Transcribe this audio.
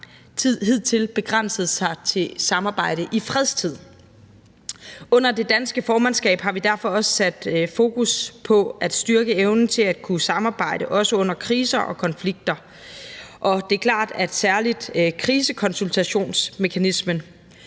har hidtil begrænset sig til samarbejde i fredstid. Under det danske formandskab har vi derfor også sat fokus på at styrke evnen til at kunne samarbejde under kriser og konflikter. Og det er klart, at særlig krisekonsultationsmekanismen,